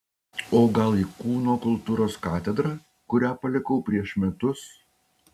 o gal į kūno kultūros katedrą kurią palikau prieš metus